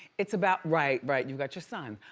it's about right, right, you've got your son.